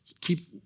keep